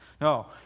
No